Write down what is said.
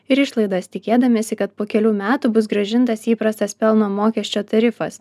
ir išlaidas tikėdamiesi kad po kelių metų bus grąžintas įprastas pelno mokesčio tarifas